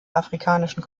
afrikanischen